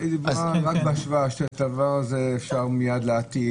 היא דיברה רק בהשוואה שאת הדבר הזה אפשר להעתיק